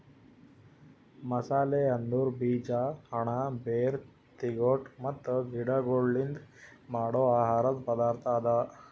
ಮಸಾಲೆ ಅಂದುರ್ ಬೀಜ, ಹಣ್ಣ, ಬೇರ್, ತಿಗೊಟ್ ಮತ್ತ ಗಿಡಗೊಳ್ಲಿಂದ್ ಮಾಡೋ ಆಹಾರದ್ ಪದಾರ್ಥ ಅದಾ